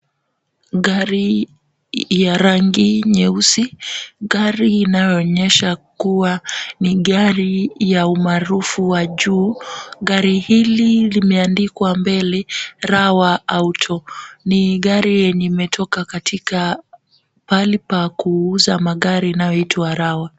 Gari ya rangi nyeusi. Gari inayoonyesha ya kuwa ni gari ya umaarufu wa juu. Gari hili limeandikwa mbele Rawa Auto. Ni gari yenye imetoka katika pahali pa kuuza magari inayoitwa Rawa.